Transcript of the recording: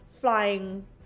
flying